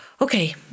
Okay